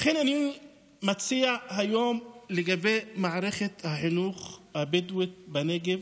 לכן אני מציע היום לגבי מערכת החינוך הבדואית בנגב